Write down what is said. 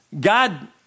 God